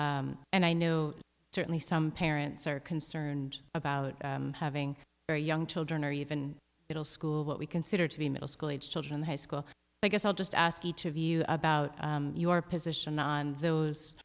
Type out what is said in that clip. school and i know certainly some parents are concerned about having their young children or even middle school what we consider to be middle school age children high school i guess i'll just ask each of you about your position on those